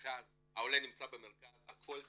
העולה נמצא במרכז, הכל סביבו,